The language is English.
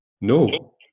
no